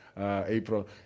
April